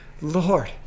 Lord